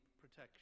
protection